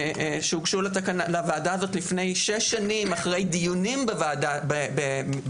שהוגשו לוועדה אחרי שש שנים של דיונים בממשלה,